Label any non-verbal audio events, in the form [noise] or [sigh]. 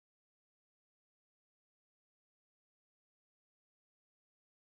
[unintelligible]